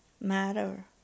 matter